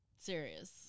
serious